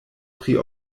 pri